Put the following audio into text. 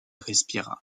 respira